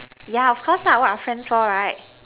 yeah of course lah what are friends for right